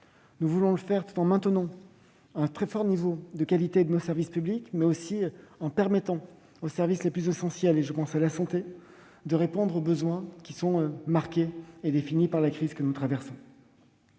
Notre objectif est de maintenir un très fort niveau de qualité de nos services publics, mais aussi de permettre aux services les plus essentiels- je pense à la santé -de répondre aux besoins marqués et définis par la crise que nous traversons.